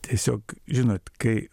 tiesiog žinot kai